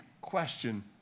question